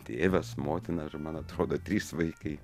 tėvas motina ir man atrodo trys vaikai